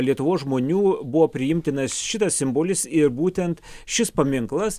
lietuvos žmonių buvo priimtinas šitas simbolis ir būtent šis paminklas